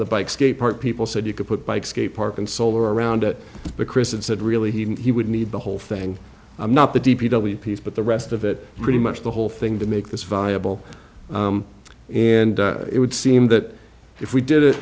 the bike skate park people said you could put bike skate park and solar around it the christian said really he would need the whole thing i'm not the d p w piece but the rest of it pretty much the whole thing to make this viable and it would seem that if we did it